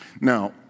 Now